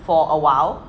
for awhile